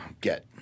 get